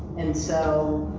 and so,